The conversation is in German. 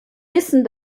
wissen